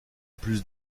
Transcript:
plus